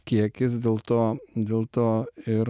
kiekis dėl to dėl to ir